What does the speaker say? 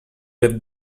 left